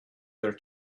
their